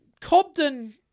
Cobden